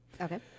Okay